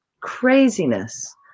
craziness